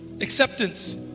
acceptance